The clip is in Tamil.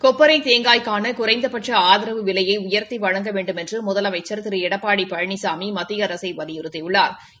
கொப்பரைத் தேங்காய் குறைந்தபட்ச ஆதரவு விலைனய உயர்த்தி வழங்க வேண்டுமென்று முதலமைச்சா் திரு எடப்பாடி பழனிசாமி மத்திய அரசை வலியுறுத்தியுள்ளாா்